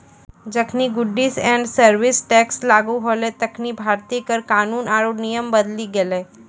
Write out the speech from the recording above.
जखनि goods and service tax लागू होलै तखनि भारतीय कर कानून आरु नियम बदली गेलै